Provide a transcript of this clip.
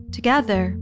Together